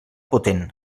potent